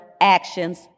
actions